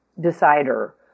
decider